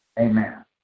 amen